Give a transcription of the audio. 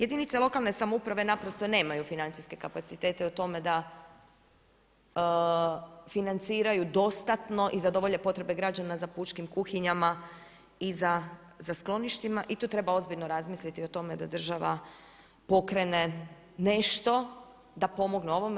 Jedinice lokalne samouprave naprosto nemaju financijske kapacitete o tome da financiraju dostatno i zadovolje potrebe građana za pučkim kuhinjama i za skloništima i tu treba ozbiljno razmisliti o tome da država pokrene nešto, da pomogne ovome.